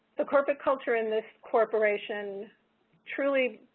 the corporate culture in this corporation truly,